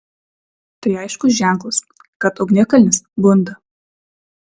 tai aiškus ženklas kad ugnikalnis bunda